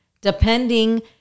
depending